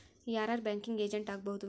ಯಾರ್ ಯಾರ್ banking agent ಆಗ್ಬಹುದು?